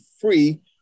free